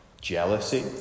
jealousy